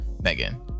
megan